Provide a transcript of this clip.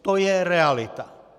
To je realita.